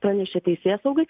pranešė teisėsaugai